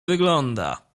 wygląda